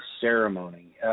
ceremony